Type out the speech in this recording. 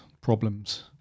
problems